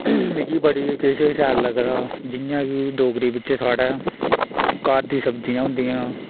मिगी बड़ी किश शैल लगदा जियां कि डोगरी बिच्च साढ़ै घर दी सब्ज़ियां होंदियां